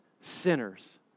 sinners